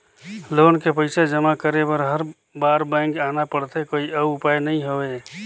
Loan के पईसा जमा करे बर हर बार बैंक आना पड़थे कोई अउ उपाय नइ हवय?